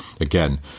again